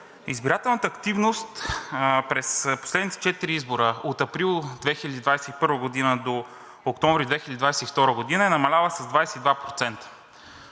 избирателната активност през последните четири избора от април 2021 г. до октомври 2022 г. е намаляла с 22%.